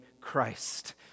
Christ